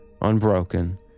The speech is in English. unbroken